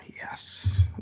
yes